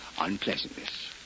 unpleasantness